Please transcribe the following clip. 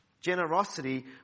Generosity